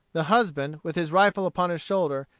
the husband, with his rifle upon his shoulder,